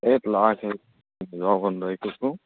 એટલે આ સાઈડ બધું વાવવાનું રાખ્યું હતું